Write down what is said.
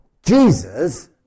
Jesus